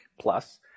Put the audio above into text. plus